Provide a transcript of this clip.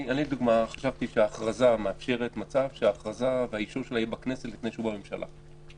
אני לדוגמה חשבתי שהכרזה והאישור שלה יהיה בכנסת לפני הממשלה,